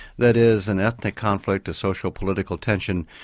that is, an ethnic conflict, a social political tension,